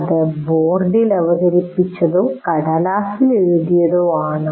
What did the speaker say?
അത് ബോർഡിൽ അവതരിപ്പിച്ചതോ കടലാസിൽ എഴുതിയതോ ആണ്